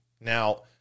Now